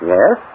Yes